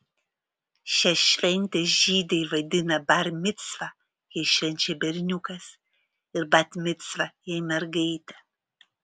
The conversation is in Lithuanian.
šią šventę žydai vadina bar micva jei švenčia berniukas ir bat micva jei mergaitė